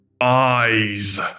Eyes